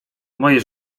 moje